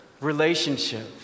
relationship